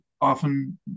often